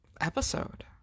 Episode